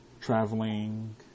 traveling